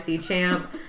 champ